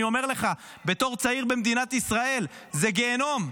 אני אומר לך, בתור צעיר במדינת ישראל, זה גיהינום.